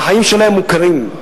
החיים שלהם מוכרים.